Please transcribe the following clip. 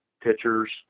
pitchers